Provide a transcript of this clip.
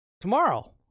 tomorrow